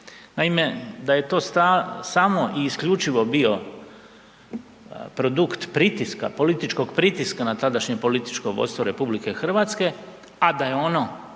Naime, da je samo i isključivo bio produkt pritiska, političkog pritiska na tadašnje političko vodstvo RH, a da je ono